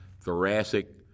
thoracic